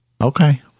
Okay